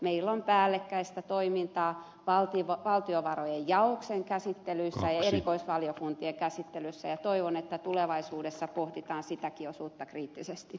meillä on päällekkäistä toimintaa valtiovarojen jaoksien käsittelyssä ja erikoisvaliokuntien käsittelyssä ja toivon että tulevaisuudessa pohditaan sitäkin osuutta kriittisesti